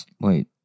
Wait